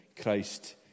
Christ